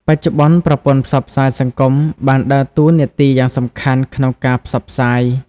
បច្ចុប្បន្ន ប្រព័ន្ធផ្សព្វផ្សាយសង្គមបានដើរតួនាទីយ៉ាងសំខាន់ក្នុងការផ្សព្វផ្សាយ។